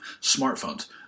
smartphones